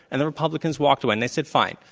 and the republicans walked away, and they said, fine.